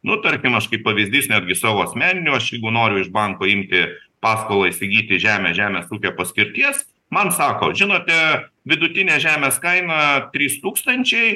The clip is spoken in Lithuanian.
nu tarkim aš kaip pavyzdys netgi savo asmeninio aš jeigu noriu iš banko imti paskolą įsigyti žemę žemės ūkio paskirties man sako žinote vidutinė žemės kaina trys tūkstančiai